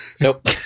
Nope